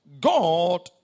God